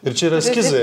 ir čia yra eskizai